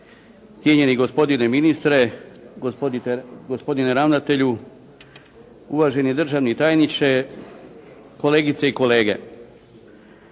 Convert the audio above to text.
predsjedniče, gospodine ministre, gospodine ravnatelju, gospodine državni tajniče, kolegice i kolege.